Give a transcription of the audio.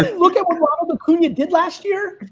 look at what robert mcqueen yeah did last year?